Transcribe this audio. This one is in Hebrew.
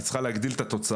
היא צריכה להגדיל את התוצר,